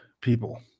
people